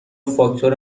فاکتور